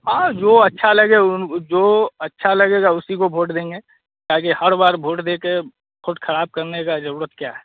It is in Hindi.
हाँ जो अच्छा लगे उन जो अच्छा लगेगा उसी को भोट देंगे ताकि हर बार भोट देकर भोट खराब करने का ज़रूरत क्या है